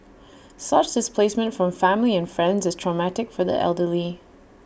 such displacement from family and friends is traumatic for the elderly